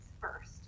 first